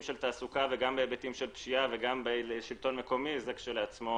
של תעסוקה וגם בהיבטים של פשיעה וגם בשלטון מקומי זה כשלעצמו